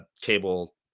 cable